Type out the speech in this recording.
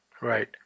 Right